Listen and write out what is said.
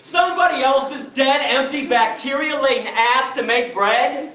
somebody else's dead empty bacteria-laden ass to make bread!